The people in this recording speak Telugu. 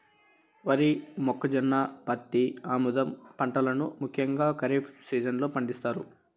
వరి, మొక్కజొన్న, పత్తి, ఆముదం పంటలను ముఖ్యంగా ఖరీఫ్ సీజన్ లో పండిత్తారు